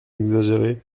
exagéré